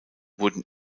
wurden